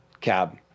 cab